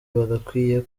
bagakwiye